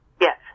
Yes